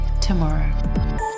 tomorrow